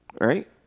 right